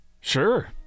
Sure